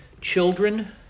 children